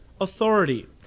authority